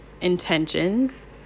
intentions